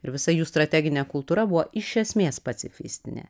ir visa jų strateginė kultūra buvo iš esmės pacifistinė